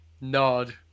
Nod